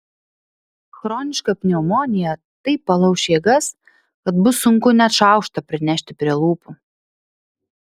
chroniška pneumonija taip palauš jėgas kad bus sunku net šaukštą prinešti prie lūpų